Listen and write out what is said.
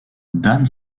dan